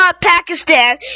Pakistan